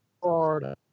Florida